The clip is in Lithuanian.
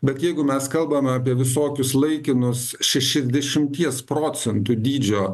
bet jeigu mes kalbame apie visokius laikinus šešiasdešimties procentų dydžio